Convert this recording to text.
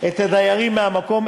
את הדיירים מהמקום,